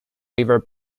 river